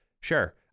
sure